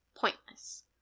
pointless